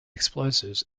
explosives